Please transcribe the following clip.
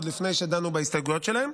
עוד לפני שדנו בהסתייגויות שלהם.